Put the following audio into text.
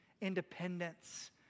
independence